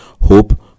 hope